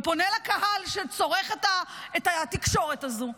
ופונה לקהל שצורך את התקשורת הזו: